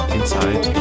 inside